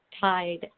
tied